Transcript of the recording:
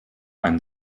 ein